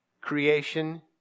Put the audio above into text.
Creation